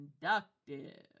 conductive